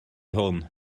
hwn